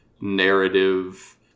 narrative